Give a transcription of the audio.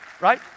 Right